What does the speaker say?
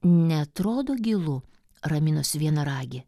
neatrodo gilu raminosi vienaragė